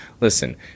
Listen